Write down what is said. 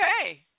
Okay